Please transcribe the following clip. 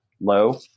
low